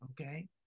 Okay